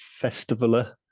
festivaler